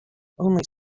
only